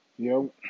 Yo